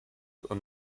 und